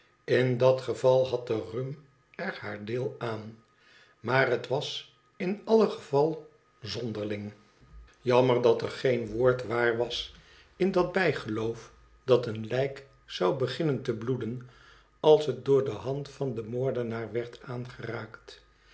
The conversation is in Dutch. in dat geval had de rum er haar deel aan maar het was in alle geval zonderling dat er geen woord waar was in dat bijgeloof dat een lijk zou beginnen te bloeden als het door de hand van den moordenaar werd aangeraakt